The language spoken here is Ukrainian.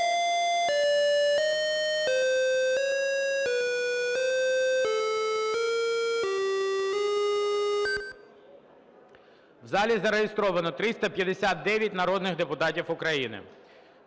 В залі зареєстровано 359 народних депутатів України.